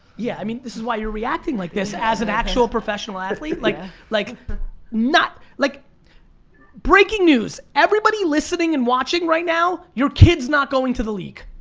yeah, i mean this is why you're reacting like this as an actual professional athlete. like like like breaking news, everybody listening and watching right now, you kid's not going to the league.